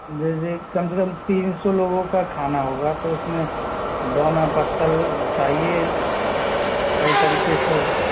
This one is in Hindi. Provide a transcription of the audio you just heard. जैसे कम से कम तीन सौ लोगों का खाना होगा तो उसमें दोना पत्तल चाहिए कई तरीके से